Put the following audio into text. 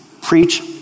Preach